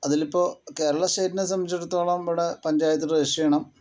അതിൽ ഇപ്പോൾ കേരള സ്റ്റേറ്റിനെ സംബന്ധിച്ചിടത്തോളം ഇവിടെ പഞ്ചായത്തിൽ രജിസ്റ്റർ ചെയ്യണം